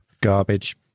Garbage